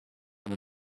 and